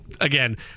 Again